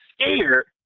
scared